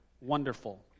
wonderful